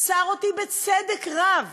עצר אותי בצדק רב